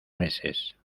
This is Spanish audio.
meses